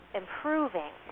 improving